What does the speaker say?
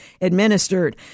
administered